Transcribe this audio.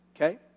Okay